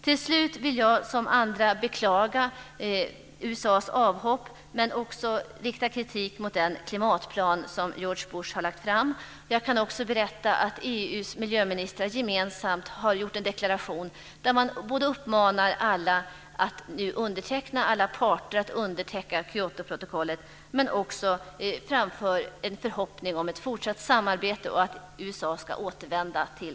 Till slut vill jag som andra beklaga USA:s avhopp men också rikta kritik mot den klimatplan som George Bush har lagt fram. Jag kan också berätta att EU:s miljöministrar gemensamt har gjort en deklaration där man både uppmanar alla parter att underteckna Kyotoprotokollet och också framför en förhoppning om ett fortsatt samarbete och att USA ska återvända till